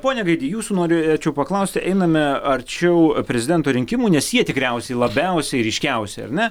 pone gaidy jūsų norėčiau paklausti einame arčiau prezidento rinkimų nes jie tikriausiai labiausiai ryškiausi ar ne